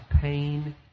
pain